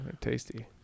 tasty